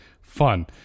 fun